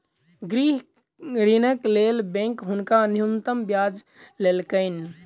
गृह ऋणक लेल बैंक हुनका न्यूनतम ब्याज लेलकैन